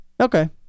Okay